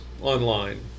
online